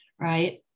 right